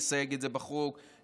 נסייג את זה בחוק,